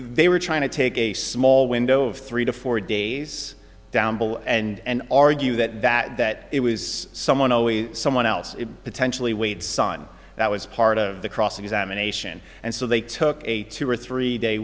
they were trying to take a small window of three to four days down below and argue that that that it was someone always someone else it potentially weighed sun that was part of the cross examination and so they took a two or three day